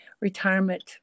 retirement